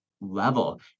level